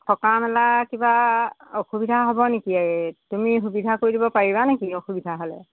থকা মেলা কিবা অসুবিধা হ'ব নেকি এই তুমি সুবিধা কৰি দিব পাৰিবা নেকি অসুবিধা হ'লে